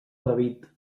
david